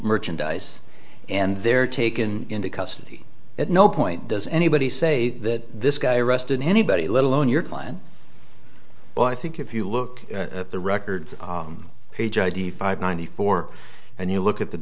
merchandise and they're taken into custody at no point does anybody say that this guy arrested anybody let alone your client but i think if you look at the record page id five ninety four and you look at